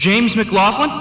james mclaughlin